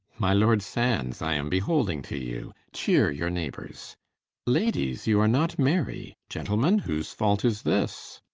my lord sands, i am beholding to you cheere your neighbours ladies you are not merry gentlemen, whose fault is this?